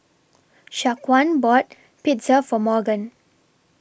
Shaquan bought Pizza For Morgan